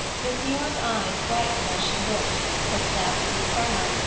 miss muir's eyes brightened as she looked, her step grew firmer,